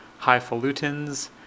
highfalutins